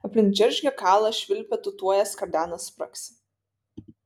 aplink džeržgia kala švilpia tūtuoja skardena spragsi